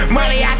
Money